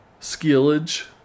skillage